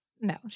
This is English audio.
No